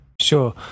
sure